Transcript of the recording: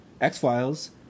X-Files